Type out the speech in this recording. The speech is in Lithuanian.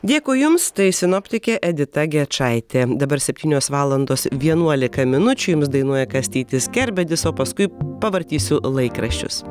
dėkui jums tai sinoptikė edita gečaitė dabar septynios valandos vienuolika minučių jums dainuoja kastytis kerbedis o paskui pavartysiu laikraščius